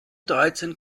dreizehn